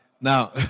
Now